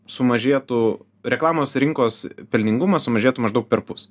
sumažėtų reklamos rinkos pelningumas sumažėtų maždaug perpus